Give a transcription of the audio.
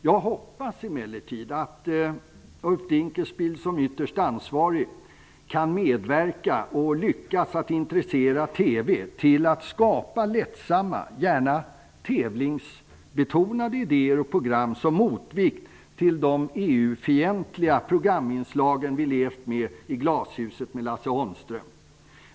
Jag hoppas emellertid att Ulf Dinkelspiel som ytterst ansvarig kan medverka till att intressera TV för att skapa lättsamma program, gärna med tävlingsbetonade idéer, som motvikt till de EU fientliga programinslag vi levt med i Glashuset med Bosse Holmström.